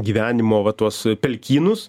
gyvenimo va tuos pelkynus